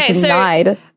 denied